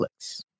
Netflix